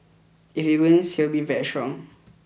if he wins he will be very strong